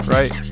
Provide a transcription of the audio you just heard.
Right